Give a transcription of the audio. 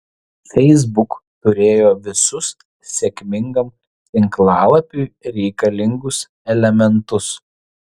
facebook turėjo visus sėkmingam tinklalapiui reikalingus elementus